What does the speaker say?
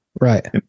Right